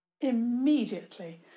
Immediately